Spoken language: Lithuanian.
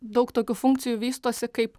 daug tokių funkcijų vystosi kaip